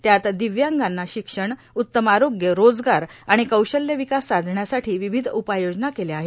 त्यात दिव्यांगांना शिक्षण उत्तम आरोग्य रोजगार आणि कौशल्य विकास साधण्यासाठी विविध उपाययोजना केल्या आहेत